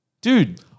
Dude-